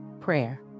Prayer